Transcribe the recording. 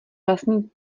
vlastní